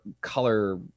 color